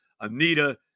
Anita